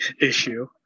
issue